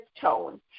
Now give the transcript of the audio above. tone